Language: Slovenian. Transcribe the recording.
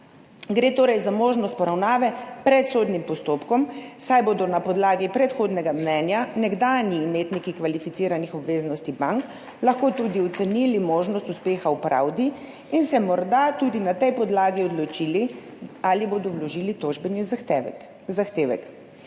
Gre torej za možnost poravnave pred sodnim postopkom, saj bodo na podlagi predhodnega mnenja nekdanji imetniki kvalificiranih obveznosti bank lahko tudi ocenili možnost uspeha v pravdi in se morda tudi na tej podlagi odločili, ali bodo vložili tožbeni zahtevek.